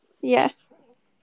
Yes